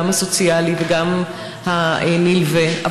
גם הסוציאלי וגם הנלווה,